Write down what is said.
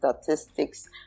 statistics